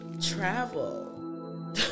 travel